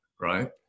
right